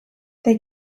they